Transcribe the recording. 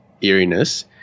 eeriness